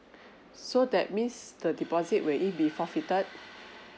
so that means the deposit will it be forfeited